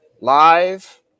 Live